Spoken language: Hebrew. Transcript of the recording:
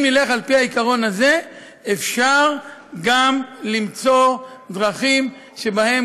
אם נלך על פי העיקרון הזה אפשר גם למצוא דרכים שבהן